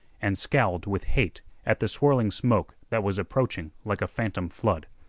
and scowled with hate at the swirling smoke that was approaching like a phantom flood.